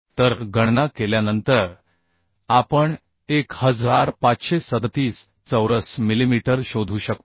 तर गणना केल्यानंतर आपण 1537 चौरस मिलिमीटर शोधू शकतो